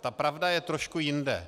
Ta pravda je trošku jinde.